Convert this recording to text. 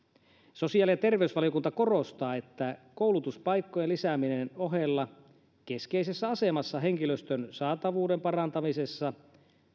sosiaali ja terveysvaliokunta korostaa että koulutuspaikkojen lisäämisen ohella keskeisessä asemassa henkilöstön saatavuuden parantamisessa